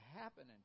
happen